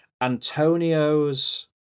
Antonio's